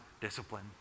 discipline